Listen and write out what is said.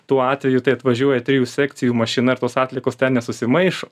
tuo atveju tai atvažiuoja trijų sekcijų mašina ir tos atliekos ten nesusimaišo